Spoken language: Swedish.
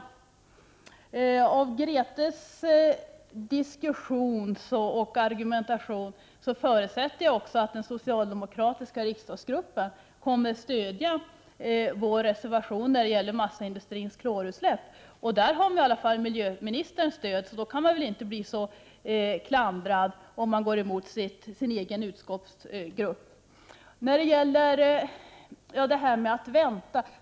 Med utgångspunkt i Grethe Lundblads diskussion och argumentation förutsätter jag också att den socialdemokratiska riksdagsgruppen kommer att stödja vår reservation rörande massaindustrins klorutsläpp. I den frågan har vi i alla fall miljöministerns stöd, och då kan man väl inte bli så klandrad om man går emot sin egen utskottsgrupp.